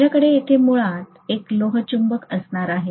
माझ्याकडे येथे मुळात एक लोहचुंबक असणार आहे